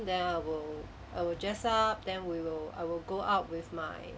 then I will I will dress up then we will I will go out with my